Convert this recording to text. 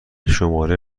شماره